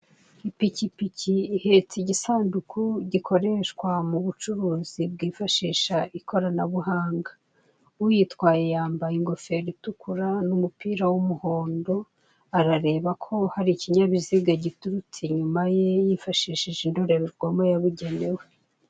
Ipikipiki ihetse igisanduku gikoreshwa mu bucuruzi bwifashisha ikoranabuhanga. Uyitwaye yambaye ingofero itukura n'umupira w'umuhondo arareba ko hari ikinyabiziga giturutse inyuma ye yifashishije indorerwamo yabugenewe.